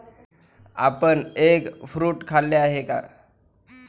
आपण egg fruit खाल्ले आहे का?